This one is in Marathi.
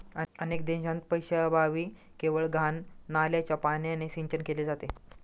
अनेक देशांत पैशाअभावी केवळ घाण नाल्याच्या पाण्याने सिंचन केले जाते